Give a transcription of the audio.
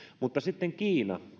mutta sitten kiina